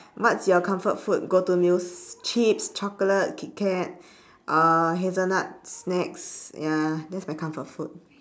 what's your comfort food go to meals chips chocolate kitKat uh hazelnut snacks ya that's my comfort food